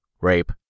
rape